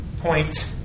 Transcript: Point